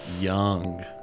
Young